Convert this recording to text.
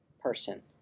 person